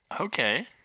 Okay